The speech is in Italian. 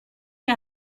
che